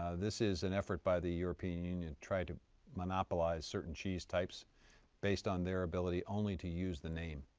ah this is an effort by the european union and trying to monopolize certain cheese types based on their ability only to use the name,